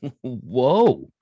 whoa